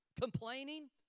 Complaining